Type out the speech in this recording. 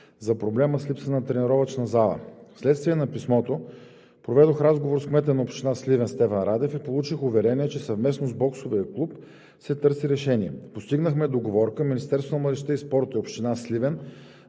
за проблема с липса на тренировъчна зала. Вследствие на писмото проведох разговор с кмета на община Сливен Стефан Радев и получих уверение, че съвместно с боксовия клуб се търси решение. Постигнахме договорка Министерството на младежта